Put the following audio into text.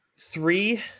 three